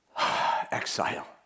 exile